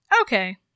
Okay